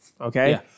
Okay